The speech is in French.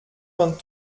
vingt